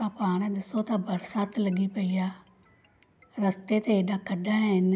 तव्हां पाण ॾिसो था बरसाति लॻी पई आहे रस्ते ते एॾा खडा आहिनि